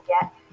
get